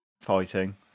fighting